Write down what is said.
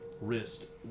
wrist